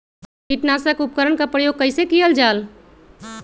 किटनाशक उपकरन का प्रयोग कइसे कियल जाल?